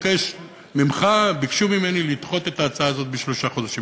וביקשו ממני לדחות את ההצעה הזאת בשלושה חודשים.